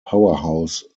powerhouse